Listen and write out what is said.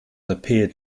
appeared